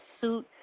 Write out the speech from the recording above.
suit